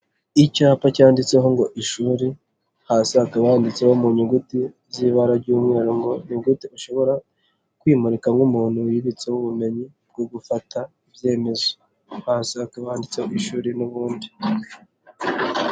Icyapa cyanditseho ngo ishuri, hasi hakaba handitseho mu nyuguti z'ibara ry'umweru ngo ni gute ushobora kwimurika nk'umuntu wibitseho ubumenyi bwo gufata ibyemezo, hasi hakaba handitse ishuri n'ubundi.